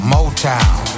Motown